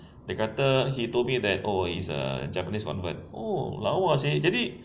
dia kata he told me that oh she's a japanese convert oh lawa seh jadi